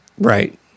Right